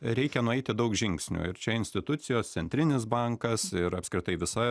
reikia nueiti daug žingsnių ir čia institucijos centrinis bankas ir apskritai visa